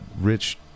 rich